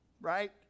Right